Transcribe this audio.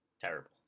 Terrible